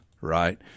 right